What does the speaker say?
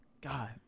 God